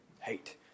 hate